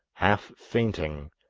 half fainting,